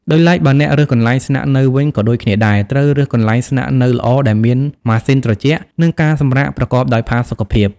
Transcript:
ដោយឡែកបើអ្នករើសកន្លែងស្នាក់នៅវិញក៏ដូចគ្នាដែរ ត្រូវរើសកន្លែងស្នាក់នៅល្អដែលមានម៉ាស៊ីនត្រជាក់ និងការសម្រាកប្រកបដោយផាសុកភាព។